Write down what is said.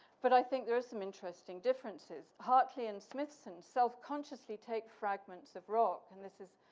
but i think there are some interesting differences. hartley and smithson self-consciously take fragments of rock and this is,